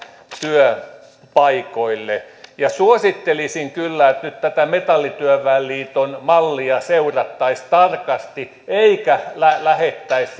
työpaikoille suosittelisin kyllä että nyt tätä metallityöväen liiton mallia seurattaisiin tarkasti eikä lähdettäisi